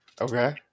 Okay